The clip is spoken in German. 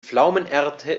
pflaumenernte